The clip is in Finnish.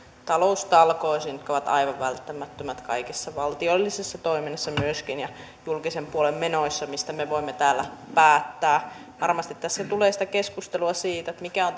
taloustalkoisiin mitkä ovat aivan välttämättömät myöskin kaikessa valtiollisessa toiminnassa ja julkisen puolen menoissa mistä me voimme täällä päättää varmasti tässä tulee sitä keskustelua siitä mikä on